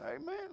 Amen